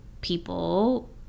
people